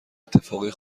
اتفاقای